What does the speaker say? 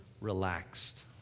relaxed